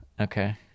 Okay